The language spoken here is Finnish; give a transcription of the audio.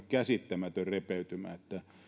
käsittämätön repeytymä että